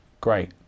Great